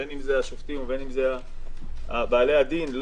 בין אם זה השופטים ובין אם בעלי הדין,